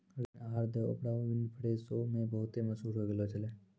ऋण आहार the Oprah Winfrey show मे बहुते मशहूर होय गैलो छलै